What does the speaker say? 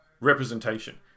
representation